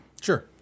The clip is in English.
Sure